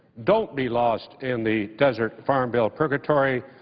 don't be lost in the desert farm bill purgatory.